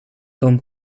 tom